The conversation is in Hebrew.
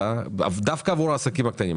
דווקא עבור העסקים הקטנים.